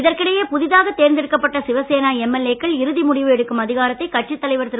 இதற்கிடையே புதிதாக தேர்ந்தெடுக்கப்பட்ட சிவசேனா எம்எல்ஏ க்கள் இறுதி முடிவு எடுக்கும் அதிகாரத்தை கட்சித் தலைவர் திரு